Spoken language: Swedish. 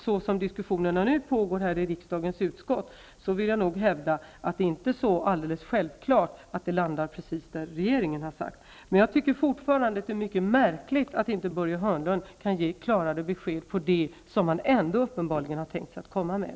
Så som diskussionerna nu pågår i riksdagens utskott, vill jag hävda att det inte är så alldeles självklart att förslaget hamnar precis där regeringen har tänkt sig. Jag tycker emellertid fortfarande att det är mycket märkligt att inte Börje Hörnlund kan ge klarare besked om det som han ändå uppenbarligen har tänkt sig att komma med.